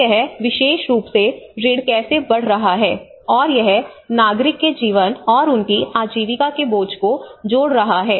तो यह विशेष रूप से ऋण कैसे बढ़ रहा है और यह नागरिक के जीवन और उनकी आजीविका के बोझ को जोड़ रहा है